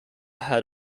had